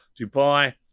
Dubai